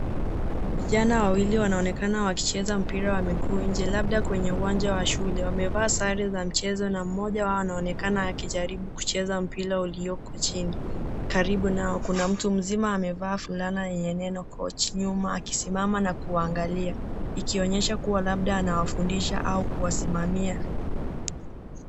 Vijana wawili wanaonekana wakicheza mpira wa miguu nje, labda kwenye uwanja wa shule. Wamevaa sare za michezo na mmoja wao anaonekana akijaribu kucheza mpira ulioko chini. Karibu nao kuna mtu amevaa fulana yenye neno coach nyuma akisimama na kuwaangalia. Ikionyesha kuwa labda anawafundisha au kuwasimamia.